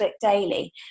daily